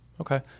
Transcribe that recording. Okay